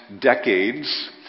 decades